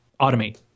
Automate